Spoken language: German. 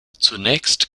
zunächst